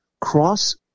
cross